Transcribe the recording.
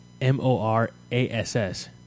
M-O-R-A-S-S